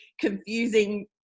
confusing